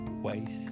waste